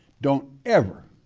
don't ever,